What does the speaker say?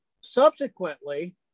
subsequently